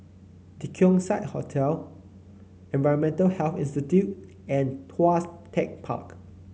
The Keong Saik Hotel Environmental Health Institute and Tuas Tech Park